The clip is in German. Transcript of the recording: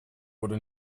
wurde